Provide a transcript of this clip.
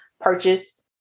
purchased